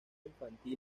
infantil